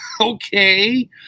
Okay